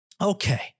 okay